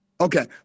Okay